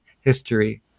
History